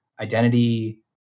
identity